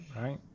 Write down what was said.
right